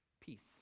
peace